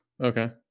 Okay